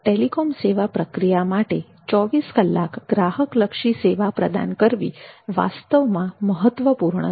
telecom સેવા પ્રક્રિયા માટે 247 ગ્રાહકલક્ષી સેવા પ્રદાન કરવી વાસ્તવમાં મહત્વપૂર્ણ છે